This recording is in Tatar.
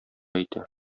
әйтте